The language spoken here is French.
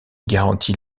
garantit